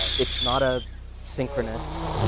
ah it's not a synchronous